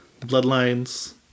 Bloodlines